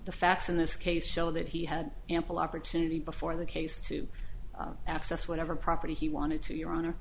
the facts in this case show that he had ample opportunity before the case to access whatever property he wanted to your honor